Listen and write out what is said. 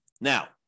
Now